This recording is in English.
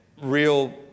real